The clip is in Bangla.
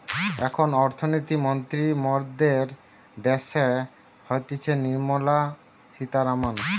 এখন অর্থনীতি মন্ত্রী মরদের ড্যাসে হতিছে নির্মলা সীতারামান